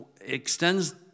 extends